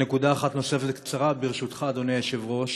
ונקודה נוספת קצרה, ברשותך, אדוני היושב-ראש.